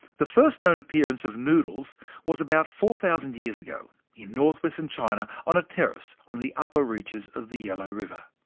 the first known appearance of noodles was about four thousand years, in north-western china, on a terrace on the upper reaches of the yellow river.